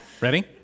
Ready